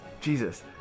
Jesus